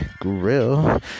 grill